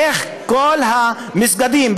איך כל המסגדים,